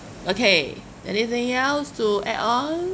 okay anything else to add on